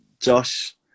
Josh